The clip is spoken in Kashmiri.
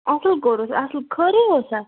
اَصٕل کوٚرُتھ اَصٕل خٲرٕے اوسا